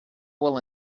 will